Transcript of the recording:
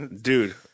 dude